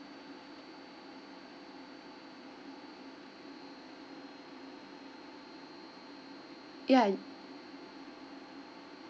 ya